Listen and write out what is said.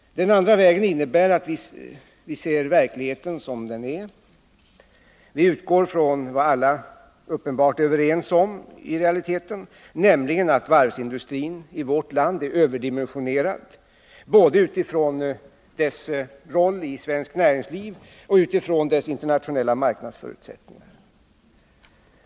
Den andra vägen innebär att vi ser verkligheten som den är. Vi utgår från vad alla uppenbarligen i realiteten är överens om, nämligen att varvsindustrin i vårt land är överdimensionerad, både utifrån dess roll i svenskt näringsliv och utifrån dess internationella marknadsförutsättningar.